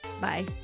Bye